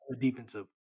defensive